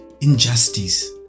injustice